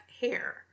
hair